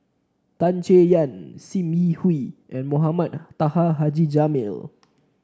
Tan Chay Yan Sim Yi Hui and Mohamed Taha Haji Jamil